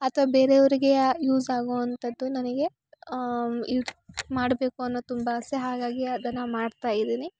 ಅಥವ್ ಬೇರೆಯವರಿಗೆ ಯಾ ಯೂಸ್ ಆಗುವಂಥದ್ದು ನನಗೆ ಮಾಡಬೇಕು ಅನ್ನೋದು ತುಂಬ ಆಸೆ ಹಾಗಾಗಿ ಅದನ್ನು ಮಾಡ್ತಾಯಿದಿನಿ